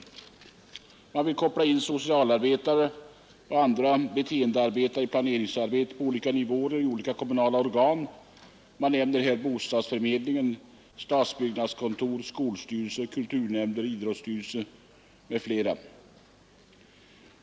Man vill koppla in socialarbetare och andra beteendevetare i planeringsarbetet på olika nivåer och i olika kommunala organ. Man nämner bostadsförmedlingar, stadsbyggnadskontor, <skolstyrelser, kulturnämnder, idrottsstyrelser m.fl.